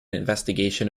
investigation